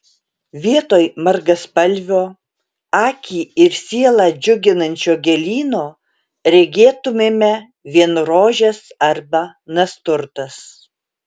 vietoj margaspalvio akį ir sielą džiuginančio gėlyno regėtumėme vien rožes arba nasturtas